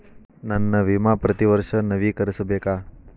ನನ್ನ ವಿಮಾ ಪ್ರತಿ ವರ್ಷಾ ನವೇಕರಿಸಬೇಕಾ?